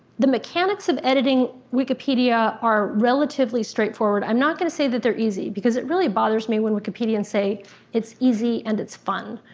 the mechanics of editing wikipedia are relatively straightforward. i'm not gonna say that they're easy, because it really bothers me when wikipedians say it's easy and it's fun.